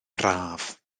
braf